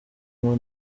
umwe